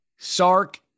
Sark